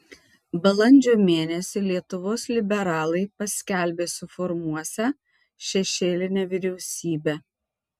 balandžio mėnesį lietuvos liberalai paskelbė suformuosią šešėlinę vyriausybę